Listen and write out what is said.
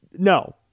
No